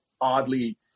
oddly